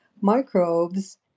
microbes